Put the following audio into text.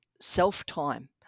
self-time